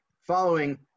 following